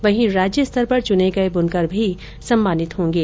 वहीं राज्य स्तर पर चुने गये ब्रनकर भी सम्मानित होंगे